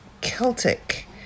Celtic